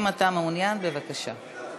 אם אתה מעוניין, בבקשה.